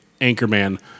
Anchorman